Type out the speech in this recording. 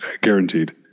guaranteed